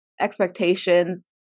expectations